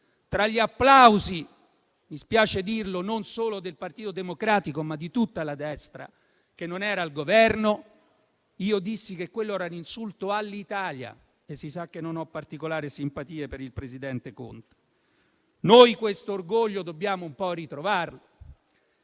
tra gli applausi - mi spiace dirlo - non solo del Partito Democratico, ma di tutta la destra che non era al Governo, io dissi che quello era un insulto all'Italia e si sa che non ho particolare simpatia per il presidente Conte. Noi questo orgoglio dobbiamo ritrovarlo.